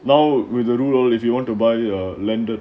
now with the rural if you want to buy a landed